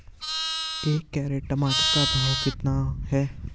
एक कैरेट टमाटर का भाव कितना है?